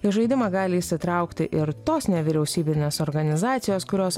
į žaidimą gali įsitraukti ir tos nevyriausybinės organizacijos kurios